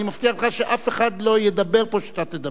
אני מבטיח לך שאף אחד לא ידבר פה כשאתה תדבר.